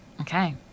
Okay